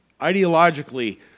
ideologically